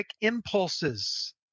impulses